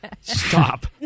Stop